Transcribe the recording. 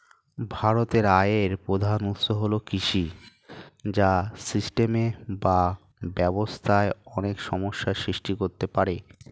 ভারতের আয়ের প্রধান উৎস হল কৃষি, যা সিস্টেমে বা ব্যবস্থায় অনেক সমস্যা সৃষ্টি করতে পারে